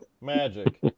Magic